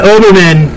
Oberman